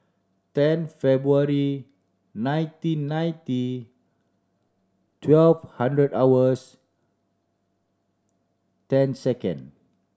ten February nineteen ninety twelve hundred hours ten second